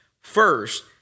First